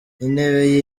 intebe